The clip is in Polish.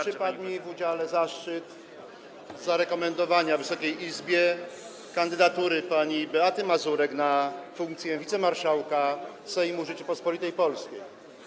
Przypadł mi w udziale zaszczyt zarekomendowania Wysokiej Izbie kandydatury pani Beaty Mazurek na funkcję wicemarszałka Sejmu Rzeczypospolitej Polskiej.